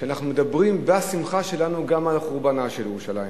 כשאנחנו מדברים בשמחה שלנו גם על חורבנה של ירושלים.